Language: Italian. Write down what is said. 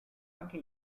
anche